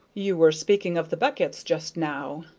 you were speaking of the becketts just now,